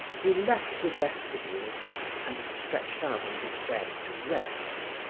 he left the vestibule and stretched out on his bed to rest,